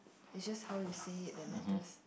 is just how you say it that matters